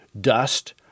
dust